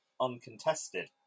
uncontested